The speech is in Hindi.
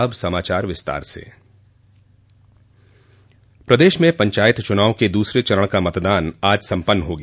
अब समाचार विस्तार से प्रदेश में पंचायत चुनाव का दूसरे चरण का मतदान आज सम्पन्न हो गया